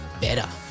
better